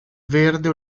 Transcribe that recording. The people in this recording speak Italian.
verde